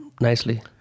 nicely